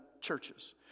churches